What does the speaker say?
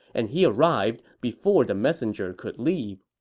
and he arrived before the messenger could leave.